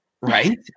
Right